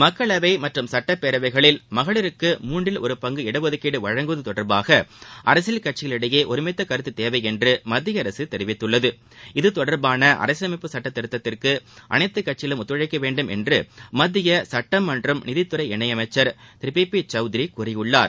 மக்களவை மற்றும் சுட்டப்பேரவைகளில் மகளிருக்கு மூன்றில் ஒரு பங்கு இடஒதுக்கீடு வழங்குவது தொடர்பாக அரசியல் கட்சிகளிடையே ஒருமித்த கருத்து தேவை என்று மத்தியஅரசு தெரிவித்துள்ளது இத்தொடர்பான அரசியலமைப்பு சுட்ட திருத்தத்திற்கு அனைத்துக்கட்சிகளும் ஒத்துழைக்கவேண்டும் என்று மத்திய சுட்டம் மற்றும் நீதித்துறை இணையமைச்சர் திரு பி பி சௌத்ரி கூறியுள்ளார்